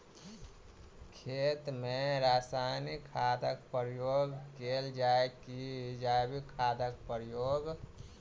खेत मे रासायनिक खादक प्रयोग कैल जाय की जैविक खादक प्रयोग?